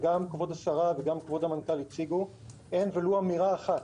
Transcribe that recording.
שגם כבוד השרה וגם כבוד המנכ"ל הציגו אין ולו אמירה אחת,